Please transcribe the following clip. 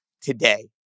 today